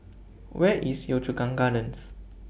Where IS Yio Chu Kang Gardens